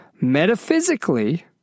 metaphysically